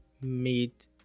meet